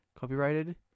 copyrighted